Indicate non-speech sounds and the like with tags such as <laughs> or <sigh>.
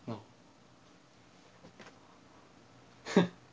no <laughs>